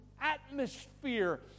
atmosphere